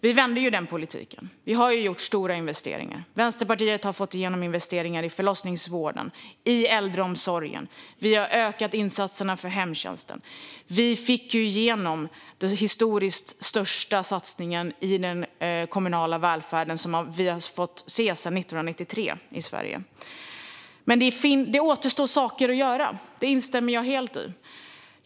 Vi vände den politiken och har gjort stora investeringar. Vänsterpartiet har fått igenom investeringar i förlossningsvården och i äldreomsorgen, och vi har ökat insatserna för hemtjänsten. Vi fick igenom den historiskt största satsningen på den kommunala välfärden sedan 1993 i Sverige. Jag instämmer dock helt i att det återstår saker att göra.